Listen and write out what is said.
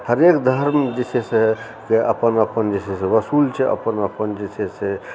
हरेक धर्म जे छै से अपन अपन जे छै से उसूल छै अपन अपन जे छै से